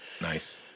Nice